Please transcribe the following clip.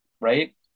right